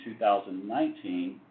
2019